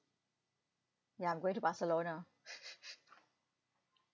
ya I'm going to barcelona